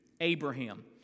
Abraham